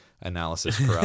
analysis